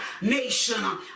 nation